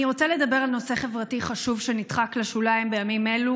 אני רוצה לדבר על נושא חברתי חשוב שנדחק לשוליים בימים אלו,